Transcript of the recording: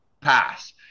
pass